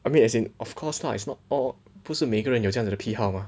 I mean as in of course lah it's not all 不是每个人有这样的批号吗